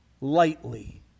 lightly